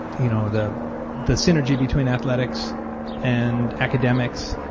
you know the the synergy between athletics and academics